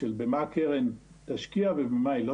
של במה הקרן תשקיע ובמה לא,